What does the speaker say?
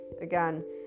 again